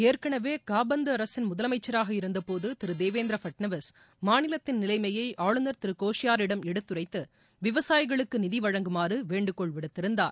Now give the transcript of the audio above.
ஏற்கனவே காபந்து அரசின் முதலமைச்சராக இருந்தபோது திரு தேவேந்திர பட்நவீஸ் மாநிலத்தின் நிலைமையை ஆளுநர் திரு கோஷிபாரியிடம் எடுத்துரைத்து விவசாயிகளுக்கு நிதி வழங்குமாறு வேண்டுகோள் விடுத்திருந்தார்